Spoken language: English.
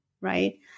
right